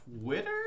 Twitter